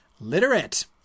Literate